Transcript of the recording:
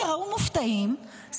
תיראו מופתעים,